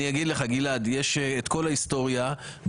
יש את כל ההיסטוריה.